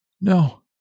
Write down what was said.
No